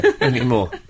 anymore